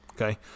Okay